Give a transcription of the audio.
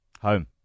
home